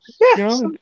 yes